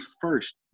first